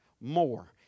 more